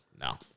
No